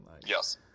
yes